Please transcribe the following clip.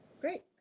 Great